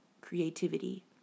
creativity